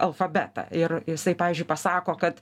alfabetą ir jisai pavyzdžiui pasako kad